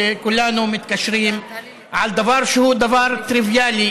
שכולנו מתקשרים על דבר שהוא דבר טריוויאלי,